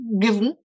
given